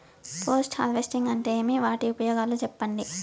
Post harvesting అంటే ఏమి? వాటి ఉపయోగాలు చెప్పండి?